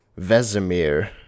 Vesemir